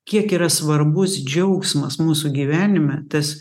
kiek yra svarbus džiaugsmas mūsų gyvenime tas